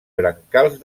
brancals